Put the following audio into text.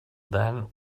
then